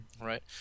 Right